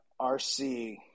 RC